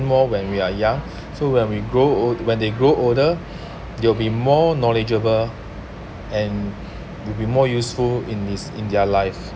more when we are young so when we grow old when they grow older they'll be more knowledgeable and will be more useful in this in their life